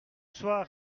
soir